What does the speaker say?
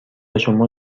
شما